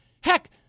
Heck